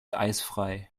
eisfrei